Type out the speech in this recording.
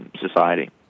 society